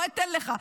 לא אתן לך,